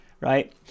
right